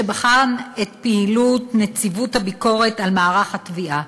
שבחן את נציבות הביקורת על מערך התביעה.